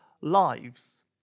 lives